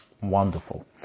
wonderful